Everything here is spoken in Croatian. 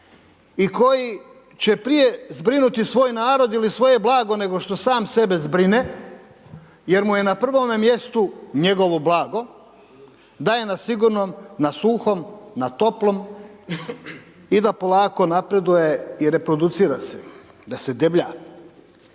i koji će prije zbrinuti svoj narod ili svoje blago, nego što sam sebe zbrine, jer mu je na prvome mjestu njegovo blago, da je na sigurnom, na suhom, na toplom i da polako napreduje i reproducira se, da se deblja.